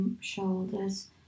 shoulders